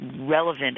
relevant